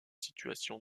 situation